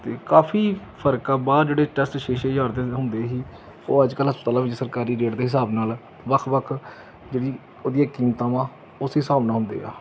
ਅਤੇ ਕਾਫ਼ੀ ਫ਼ਰਕ ਆ ਬਾਹਰ ਜਿਹੜੇ ਟੈਸਟ ਛੇ ਛੇ ਹਜ਼ਾਰ ਦੇ ਹੁੰਦੇ ਸੀ ਉਹ ਅੱਜ ਕੱਲ੍ਹ ਹਸਪਤਾਲਾਂ ਵਿੱਚ ਸਰਕਾਰੀ ਰੇਟ ਦੇ ਹਿਸਾਬ ਨਾਲ ਵੱਖ ਵੱਖ ਜਿਹੜੀ ਉਹਦੀਆਂ ਕੀਮਤਾਂ ਵਾ ਉਸ ਹਿਸਾਬ ਨਾਲ ਹੁੰਦੇ ਆ